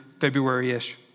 February-ish